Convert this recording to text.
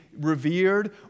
revered